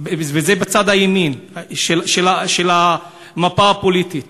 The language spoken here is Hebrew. וזה בצד הימני של המפה הפוליטית.